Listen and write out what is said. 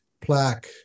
plaque